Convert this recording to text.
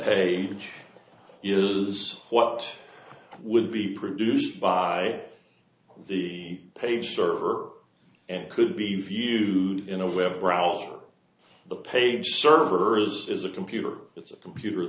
page is what would be produced by the page server and could be viewed in a web browser the page server is a computer it's a computer